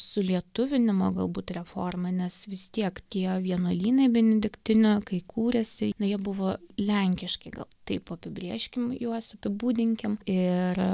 sulietuvinimo galbūt reforma nes vis tiek tie vienuolynai benediktinių kai kūrėsi nu jie buvo lenkiški gal taip apibrėžkim juos apibūdinkim ir